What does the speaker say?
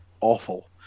awful